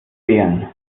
beeren